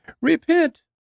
repent